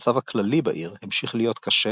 המצב הכללי בעיר המשיך להיות קשה,